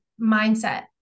mindset